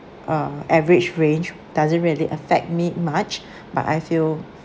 uh average range doesn't really affect me much but I feel